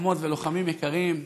לוחמות ולוחמים יקרים,